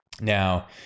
Now